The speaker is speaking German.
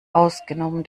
außgenommen